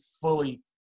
fully